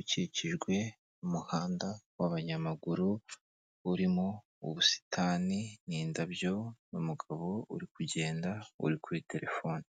ukikijwe n'umuhanda w'abanyamaguru, urimo ubusitani n'indabyo n'umugabo uri kugenda, uri kuri terefone.